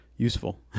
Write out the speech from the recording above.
useful